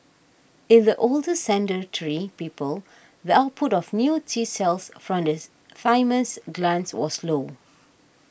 in the older sedentary people the output of new T cells from the thymus glands was low